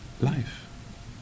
life